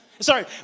Sorry